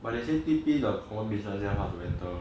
but they say T_P the common business hard to enter